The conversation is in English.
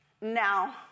Now